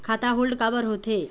खाता होल्ड काबर होथे?